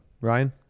Ryan